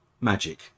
magic